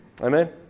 Amen